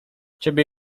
ciebie